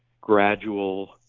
gradual